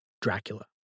Dracula